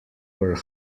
were